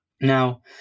Now